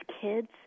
kids